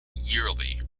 yearly